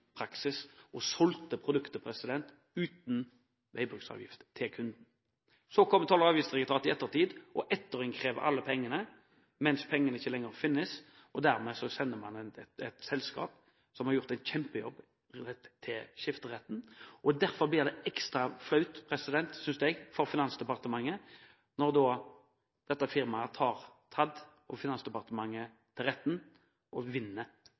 praksis og solgte produktet – uten veibruksavgift – til kunden. Så kommer Toll- og avgiftsdirektoratet i ettertid og innkrever alle pengene, samtidig som pengene ikke lenger finnes. Dermed sender man et selskap som har gjort en kjempejobb, til skifteretten. Og derfor blir det ekstra flaut, synes jeg, for Finansdepartementet når dette firmaet altså tar Toll- og avgiftsdirektoratet og Finansdepartementet til retten – og